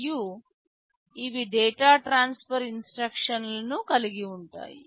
మరియు ఇవి data transfer instructions లను కలిగి ఉంటాయి